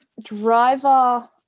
driver